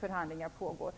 förhandlingar pågår.